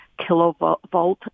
kilovolt